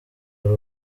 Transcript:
hari